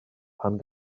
pan